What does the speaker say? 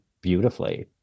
beautifully